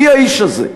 מי האיש הזה?